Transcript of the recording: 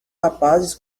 rapazes